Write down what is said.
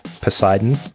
Poseidon